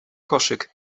koszyk